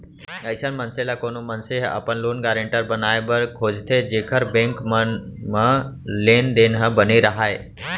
अइसन मनसे ल कोनो मनसे ह अपन लोन गारेंटर बनाए बर खोजथे जेखर बेंक मन म लेन देन ह बने राहय